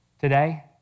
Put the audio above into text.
Today